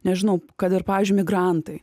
nežinau kad ir pavyzdžiui migrantai